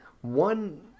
one